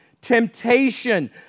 Temptation